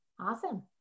Awesome